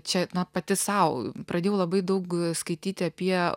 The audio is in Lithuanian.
čia na pati sau pradėjau labai daug skaityti apie